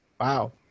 Wow